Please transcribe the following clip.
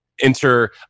Enter